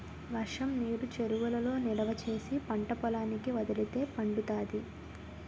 వర్షంనీరు చెరువులలో నిలవా చేసి పంటపొలాలకి వదిలితే పండుతాది